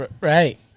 right